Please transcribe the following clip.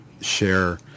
share